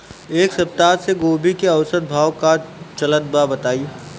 एक सप्ताह से गोभी के औसत भाव का चलत बा बताई?